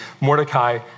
Mordecai